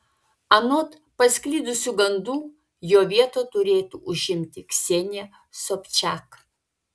anot pasklidusių gandų jo vietą turėtų užimti ksenija sobčiak